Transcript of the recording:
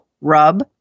rub